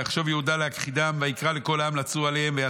ויחשוב יהודה להכחידם ויקרא לכל העם לצור עליהם.